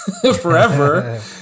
forever